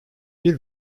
bir